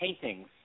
paintings